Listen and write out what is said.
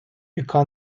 яка